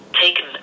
taken